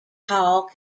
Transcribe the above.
hall